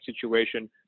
situation